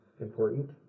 important